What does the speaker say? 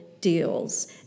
deals